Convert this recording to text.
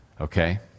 Okay